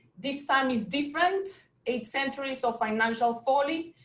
this time is different eight centuries of financial folly.